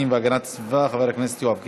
והגנת הסביבה חבר הכנסת יואב קיש.